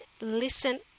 listen